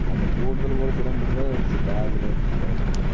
அந்தக் கூட்டத்தில் போக சிரமப்பட்டு தான் சரி காரில் போயிட்லாண்டு